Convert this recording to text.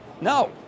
No